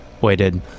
waited